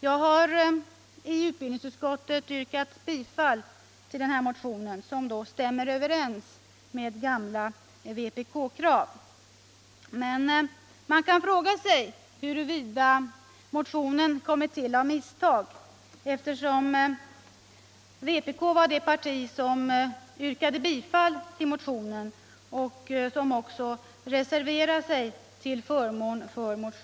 Jag har i utbildningsutskottet yrkat bifall till denna motion, som stämmer överens med gamla vpk-krav. Man kan fråga sig huruvida motionen kommit till av misstag eftersom vpk var det parti som yrkade bifall till motionen och som också reserverade sig till förmån för den.